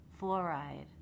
fluoride